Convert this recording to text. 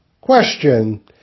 Question